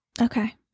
Okay